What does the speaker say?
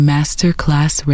Masterclass